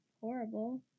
horrible